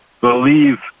believe